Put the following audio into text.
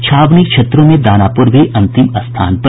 छावनी क्षेत्रों में दानापुर भी अंतिम स्थान पर